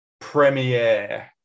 premiere